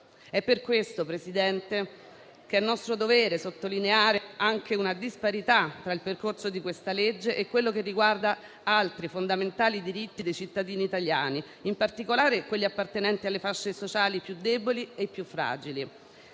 È per questo, signor Presidente, che è nostro dovere sottolineare anche una disparità tra il percorso di questa legge e altri fondamentali diritti dei cittadini italiani, in particolare di quelli appartenenti alle fasce sociali più deboli e più fragili.